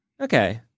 Okay